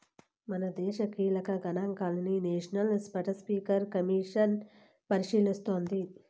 మనదేశ కీలక గనాంకాలని నేషనల్ స్పాటస్పీకర్ కమిసన్ పరిశీలిస్తోంది